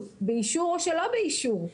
באישור או שלא באישור,